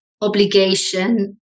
obligation